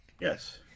Yes